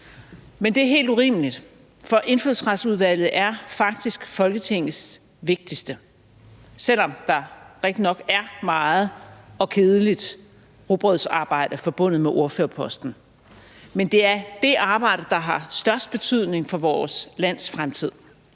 Men det er helt urimeligt, for Indfødsretsudvalget er faktisk Folketingets vigtigste, selv om der rigtigt nok er meget og kedeligt rugbrødsarbejde forbundet med ordførerposten. Men det er det arbejde, der har størst betydning for vores lands fremtid.